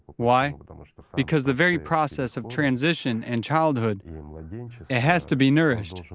why? because the very process of transition and childhood it has to be nourished.